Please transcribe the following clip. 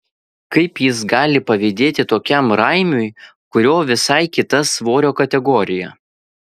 kaip jis gali pavydėti tokiam raimiui kurio visai kita svorio kategorija